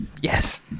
Yes